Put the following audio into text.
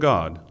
God